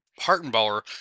Hartenbauer